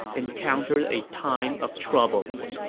encountered a time of troubles.